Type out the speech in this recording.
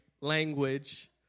language